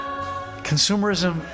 consumerism